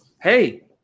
Hey